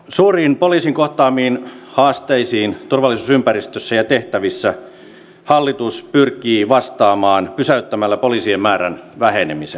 suuriin poliisin kohtaamiin haasteisiin turvallisuusympäristössä ja tehtävissä hallitus pyrkii vastaamaan pysäyttämällä poliisien määrän vähenemisen